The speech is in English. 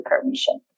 permission